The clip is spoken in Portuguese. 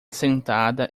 sentada